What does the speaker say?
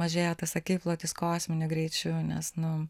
mažėja tas akiplotis kosminiu greičiu nes nu